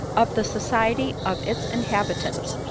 of the society of its inhabitants,